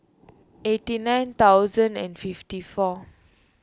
eighty nine thousand and fifty four